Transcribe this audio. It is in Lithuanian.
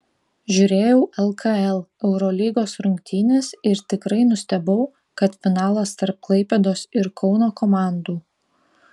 žiūrėjau lkl eurolygos rungtynes ir tikrai nustebau kad finalas tarp klaipėdos ir kauno komandų